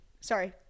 sorry